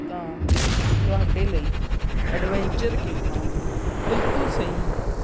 ਤਾਂ ਤੁਹਾਡੇ ਲਈ ਐਡਵੈਂਚਰ ਗੇਮਾਂ ਬਿਲਕੁਲ ਸਹੀ ਹਨ